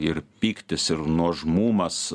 ir pyktis ir nuožmumas